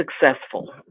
successful